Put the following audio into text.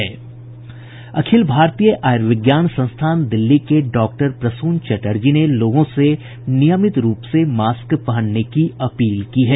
अखिल भारतीय आयुर्विज्ञान संस्थान दिल्ली के डॉ प्रसून चट्टर्जी ने लोगों से नियमित रूप से मास्क पहनने की अपील की है